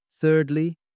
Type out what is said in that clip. Thirdly